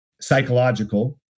psychological